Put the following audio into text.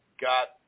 got